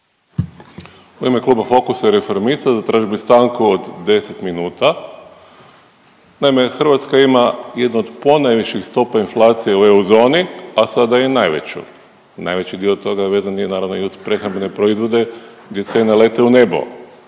U ime Kluba Fokusa i Reformista zatražio bi stanku od 10 minuta. Naime, Hrvatska ima jednu od ponajviših stopa inflacije u EU zoni, a sada i najveću. Najveći dio toga vezan je naravno i uz prehrambene proizvode gdje cijele lete u nebo.